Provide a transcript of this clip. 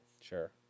Sure